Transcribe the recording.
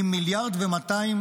עם מיליארד ו-200